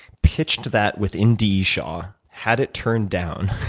pitched that with indi shaw, had it turned down.